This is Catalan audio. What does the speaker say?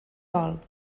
gol